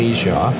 Asia